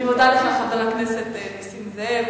אני מודה לך, חבר הכנסת נסים זאב.